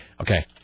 Okay